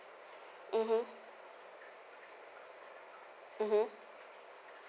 mmhmm